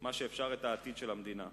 מה שאפשר את העתיד של המדינה.